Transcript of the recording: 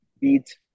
beat